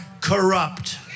corrupt